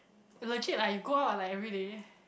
legit lah you go out like everyday